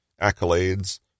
accolades